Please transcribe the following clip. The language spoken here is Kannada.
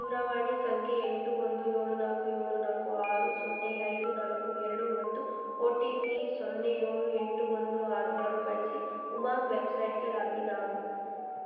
ದೂರವಾಣಿ ಸಂಖ್ಯೆ ಎಂಟು ಒಂದು ಏಳು ನಾಲ್ಕು ಏಳು ನಾಲ್ಕು ಆರು ಸೊನ್ನೆ ಐದು ನಾಲ್ಕು ಎರಡು ಮತ್ತು ಒ ಟಿ ಪಿ ಸೊನ್ನೆ ಏಳು ಎಂಟು ಒಂದು ಆರು ಆರು ಬಳಸಿ ಉಮಂಗ್ ವೆಬ್ಸೈಟ್ಗೆ ಲಾಗಿನ್ ಆಗು